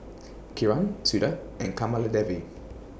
Kiran Suda and Kamaladevi